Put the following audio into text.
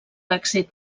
èxit